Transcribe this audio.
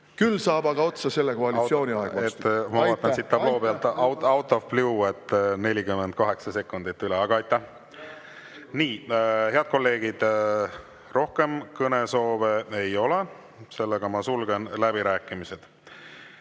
Küll saab aga otsa selle koalitsiooni aeg. Aitäh! Ma vaatan siit tabloo pealt, out of blue, et 48 sekundit on üle. Aga aitäh! Nii. Head kolleegid, rohkem kõnesoove ei ole. Sulgen läbirääkimised.